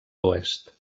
oest